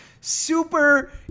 super